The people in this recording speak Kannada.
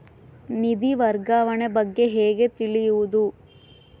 ನಿಧಿ ವರ್ಗಾವಣೆ ಬಗ್ಗೆ ಹೇಗೆ ತಿಳಿಯುವುದು?